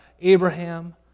Abraham